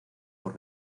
por